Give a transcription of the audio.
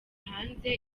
hanze